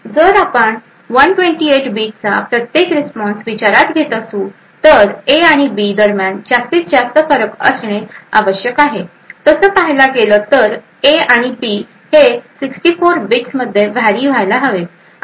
जर आपण 128 बीटचा प्रत्येक रिस्पॉन्स विचारात घेत असू तर ए आणि बी दरम्यान जास्तीत जास्त फरक असणे आवश्यक आहे तसं पाहायला गेलं तर ए आणि बी हे 64 बिट्समध्ये व्हेरी व्हायला हवेत